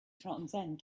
transcend